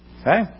Okay